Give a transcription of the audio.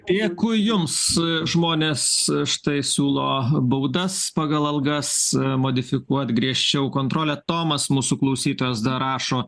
dėkui jums žmonės štai siūlo baudas pagal algas modifikuot griežčiau kontrolę tomas mūsų klausytojas rašo